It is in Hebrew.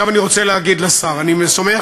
עכשיו אני רוצה להגיד לשר: אני שמח